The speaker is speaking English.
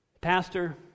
Pastor